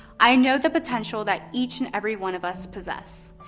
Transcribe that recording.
i know the potential that each and every one of us possess.